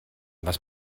was